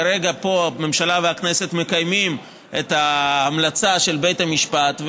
כרגע הממשלה והכנסת מקיימים פה את ההמלצה של בית המשפט.